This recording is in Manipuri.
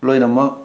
ꯂꯣꯏꯅꯃꯛ